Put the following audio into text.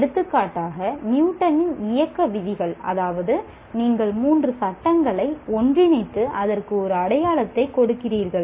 எடுத்துக்காட்டாக நியூட்டனின் இயக்க விதிகள் அதாவது நீங்கள் மூன்று சட்டங்களை ஒன்றிணைத்து அதற்கு ஒரு அடையாளத்தை கொடுக்கிறீர்கள்